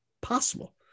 possible